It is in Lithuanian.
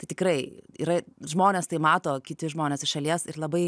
tai tikrai yra žmonės tai mato kiti žmonės iš šalies ir labai